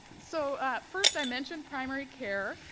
so first i mentioned primary care,